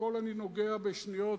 בכול אני נוגע בשניות,